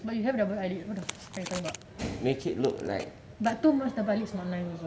but you have double eyelid what the fu~ about but too much double eyelids is not nice